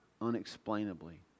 unexplainably